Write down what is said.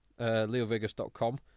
leovegas.com